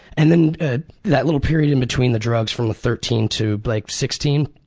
and then that little period in between the drugs from thirteen to like sixteen,